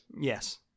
Yes